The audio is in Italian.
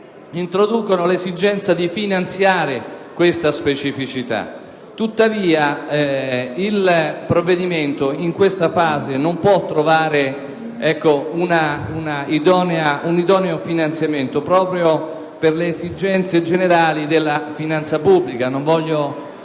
prospettano l'esigenza di finanziare questa specificità. Tuttavia, in questa fase il provvedimento non può trovare un idoneo finanziamento proprio per le esigenze generali della finanza pubblica.